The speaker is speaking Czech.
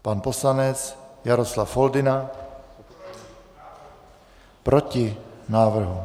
Pan poslanec Jaroslav Foldyna: Proti návrhu.